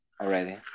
already